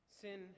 Sin